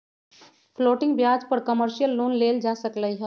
floating ब्याज पर commercial loan लेल जा सकलई ह